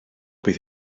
bydd